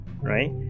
Right